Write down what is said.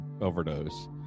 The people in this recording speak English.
overdose